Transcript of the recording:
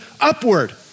upward